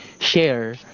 share